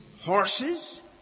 horses